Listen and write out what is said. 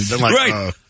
Right